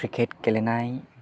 cricket गेलेनाय